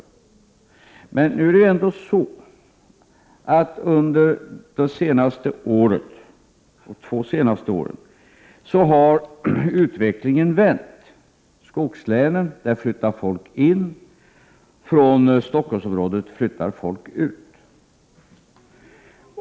RE ETEN a Nu är det dock så att under de två senaste åren har utvecklingen vänt: i Allmänpolitisk debatt skogslänen flyttar folk in, och från Stockholmsområdet flyttar folk ut.